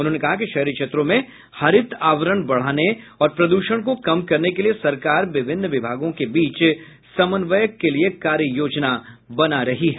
उन्होंने कहा कि शहरी क्षेत्रों में हरित आवरण बढ़ाने और प्रद्रषण को कम करने के लिए सरकार विभिन्न विभागों के बीच समन्वयक के लिए कार्य योजना बना रही है